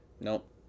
Nope